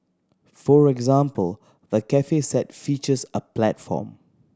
for example the cafe set features a platform